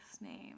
name